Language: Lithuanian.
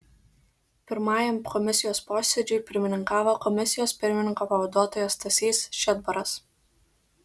pirmajam komisijos posėdžiui pirmininkavo komisijos pirmininko pavaduotojas stasys šedbaras